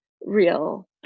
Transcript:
real